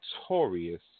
victorious